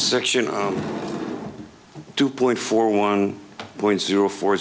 section two point four one point zero four